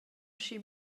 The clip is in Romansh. aschi